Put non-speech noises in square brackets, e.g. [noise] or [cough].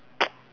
[noise]